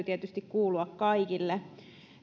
tietysti kuulua kaikille